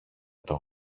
τον